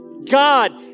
God